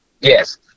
Yes